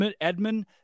Edmund